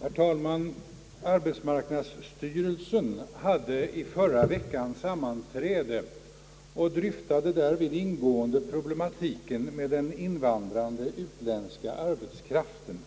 Herr talman! Arbetsmarknadsstyrelsen hade i förra veckan sammanträde och diskuterade därvid ingående problematiken med den invandrande utländska arbetskraften.